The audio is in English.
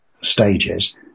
stages